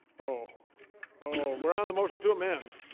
oh oh, we're on the motion to amend,